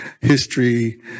history